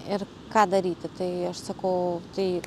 ir ką daryti tai aš sakau tai